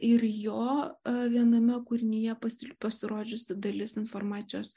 ir jo viename kūrinyje pasi pasirodžiusi dalis informacijos